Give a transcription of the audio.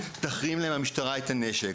אז המשטרה תחרים להם את הנשק,